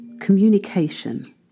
communication